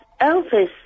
Elvis